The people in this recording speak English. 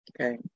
Okay